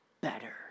better